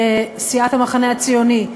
סיעת המחנה הציוני,